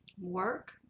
work